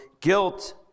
guilt